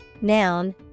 Noun